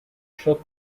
shut